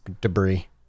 debris